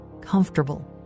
comfortable